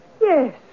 Yes